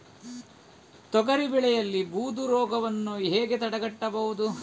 ತೊಗರಿ ಬೆಳೆಯಲ್ಲಿ ಬೂದು ರೋಗವನ್ನು ಹೇಗೆ ತಡೆಗಟ್ಟಬಹುದು?